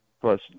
plus